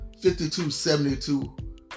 5272